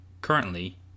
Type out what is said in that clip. currently